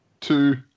two